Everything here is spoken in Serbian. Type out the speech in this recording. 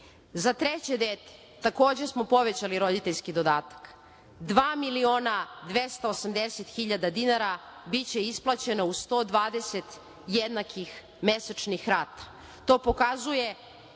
treće dete, takođe smo povećali roditeljski dodatak, 2.280.000 dinara biće isplaćeno u 120 jednakih mesečnih rata. To pokazuje